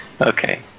Okay